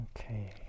Okay